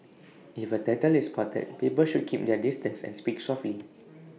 if A turtle is spotted people should keep their distance and speak softly